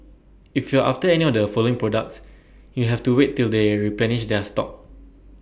if you're after any or the following products you'll have to wait till they replenish their stock